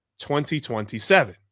2027